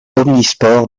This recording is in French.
omnisports